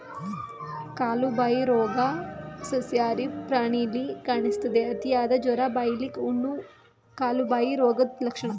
ಕಾಲುಬಾಯಿ ರೋಗ ಸಸ್ಯಾಹಾರಿ ಪ್ರಾಣಿಲಿ ಕಾಣಿಸ್ತದೆ, ಅತಿಯಾದ ಜ್ವರ, ಬಾಯಿಲಿ ಹುಣ್ಣು, ಕಾಲುಬಾಯಿ ರೋಗದ್ ಲಕ್ಷಣ